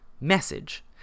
message